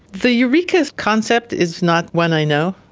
the eureka concept is not one i know.